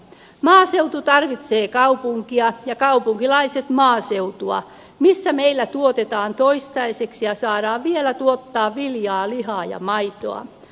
maaseutu tarvitsee kaupunkia ja kaupunkilaiset maaseutua missä meillä tuotetaan toistaiseksi ja saadaan vielä tuottaa viljaa lihaa ja maitoa